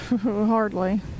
hardly